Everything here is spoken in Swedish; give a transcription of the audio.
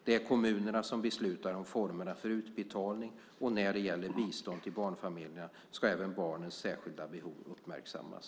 Det är kommunerna som beslutar om formerna för utbetalning, och när det gäller bistånd till barnfamiljer ska även barnens särskilda behov uppmärksammas.